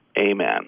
Amen